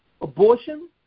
Abortion